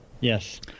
Yes